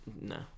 No